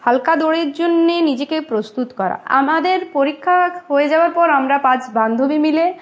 হালকা দৌড়ের জন্যে নিজেকে প্রস্তুত করা আমাদের পরীক্ষা হয়ে যাওয়ার পর আমরা পাঁচ বান্ধবী মিলে